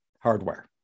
hardware